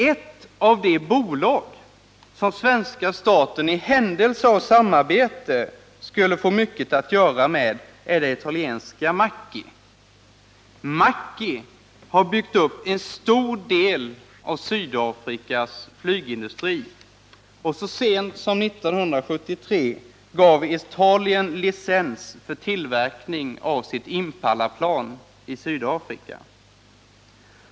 Ett av de bolag som svenska staten i händelse av samarbete skulle få mycket att göra med är det italienska Macchi, som har byggt upp en stor del av Sydafrikas flygindustri. Så sent som 1973 gav Italien licens för tillverkning av sitt Impalaplan i Sydafrika.